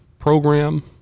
program